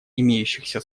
имеющихся